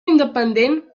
independent